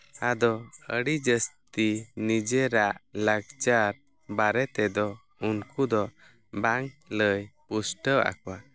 ᱟᱫᱚ ᱟᱹᱰᱤ ᱡᱟᱹᱥᱛᱤ ᱱᱤᱡᱮᱨᱟᱜ ᱞᱟᱠᱪᱟᱨ ᱵᱟᱨᱮ ᱛᱮᱫᱚ ᱩᱱᱠᱩ ᱫᱚ ᱵᱟᱝ ᱞᱟᱹᱭ ᱯᱩᱥᱴᱟᱹᱣ ᱟᱠᱚᱣᱟ